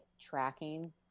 tracking